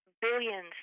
billions